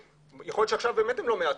יכול להיות שעכשיו באמת הם לא מעטים,